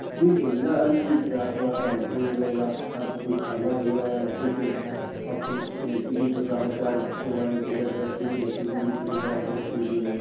जी सुविधा हर चीज़ की आप वहाँ कैन्टीन मिलेगी आपको कुछ खाना पीना है उसकी सुविधा है फुल ए सी की जो साढ़े चार सौ वाला टिकट है उसके ए सी की भी सुविधा है उसमें थ्री डी में